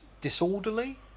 disorderly